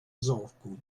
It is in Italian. zorqun